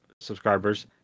subscribers